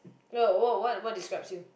no what what what describes you